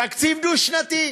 תקציב דו-שנתי.